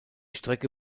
strecke